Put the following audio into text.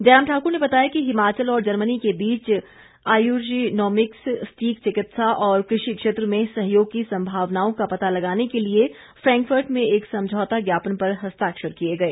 जयराम ठाकुर ने बताया कि हिमाचल और जर्मनी के बीच आयुर्जीनोमिक्स सटीक चिकित्सा और कृषि क्षेत्र में सहयोग की संभावनाओं का पता लगाने के लिए फ्रैंक फर्ट में एक समझौता ज्ञापन पर हस्ताक्षर किए गए